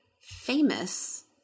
famous